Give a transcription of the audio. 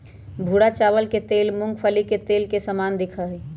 भूरा चावल के तेल मूंगफली के तेल के समान दिखा हई